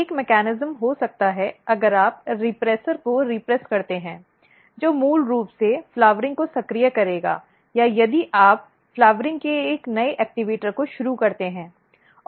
एक मेकॅनिज्म हो सकता है अगर आप दमनकर्ता को रीप्रेश करते हैं जो मूल रूप से फ़्लाउरइंग को सक्रिय करेगा या यदि आप फ़्लाउरइंग के एक नए ऐक्टवेटर को शुरू करते हैं